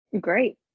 Great